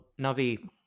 Navi